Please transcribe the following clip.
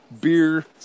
beer